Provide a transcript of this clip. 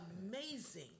amazing